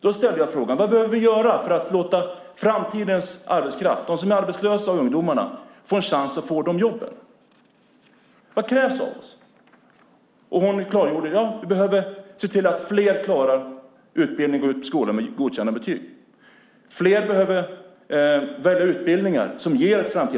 Då ställde jag frågan: Vad behöver vi göra för att låta framtidens arbetskraft, de som är arbetslösa och ungdomarna, få en chans att få de jobben? Vad krävs av oss? Hon klargjorde att vi behöver se till att fler klarar sin utbildning och går ut skolan med godkända betyg. Fler behöver välja utbildningar som ger framtida jobb.